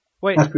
Wait